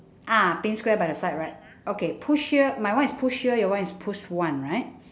ah paint square by the side right okay push here my one is push here your one is push one right